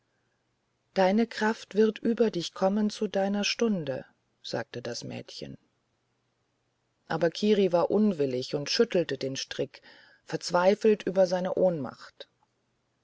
deine kraft wird über dich kommen zu deiner stunde sagte das mädchen aber kiri war unwillig und schüttelte den strick verzweifelt über seine ohnmacht